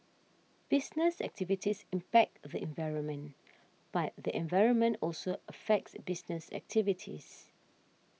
business activities impact the environment but the environment also affects business activities